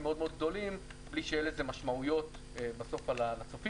מאוד מאוד גדולים בלי שיהיה לזה משמעויות בסוף על הצופים,